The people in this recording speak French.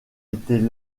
était